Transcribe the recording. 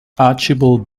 archibald